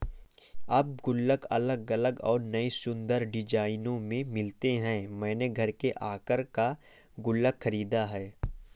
अब गुल्लक अलग अलग और नयी सुन्दर डिज़ाइनों में मिलते हैं मैंने घर के आकर का गुल्लक खरीदा है